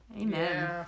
Amen